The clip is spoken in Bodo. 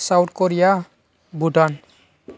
south Korea Bhutan